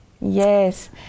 Yes